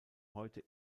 heute